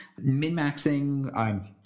Minmaxing